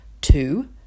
two